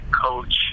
coach